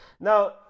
Now